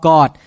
God